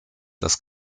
das